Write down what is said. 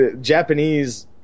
japanese